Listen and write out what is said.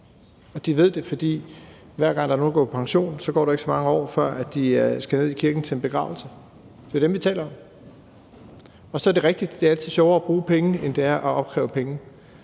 De ved det, for hver gang der er nogen, der går på pension, går der ikke så mange år, før de skal ned i kirken til en begravelse. Det er dem, vi taler om. Så er det rigtigt, at det altid er sjovere at bruge penge, end det er at opkræve penge,